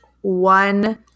one